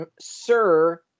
Sir